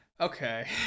okay